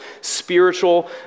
spiritual